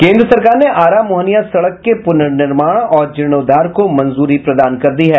केंद्र सरकार ने आरा मोहनिया सड़क के प्रनर्निर्माण और जीर्णोद्धार को मंजूरी प्रदान कर दी है